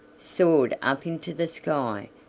soared up into the sky,